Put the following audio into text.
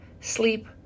sleep